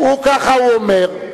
ככה הוא אומר.